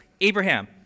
Abraham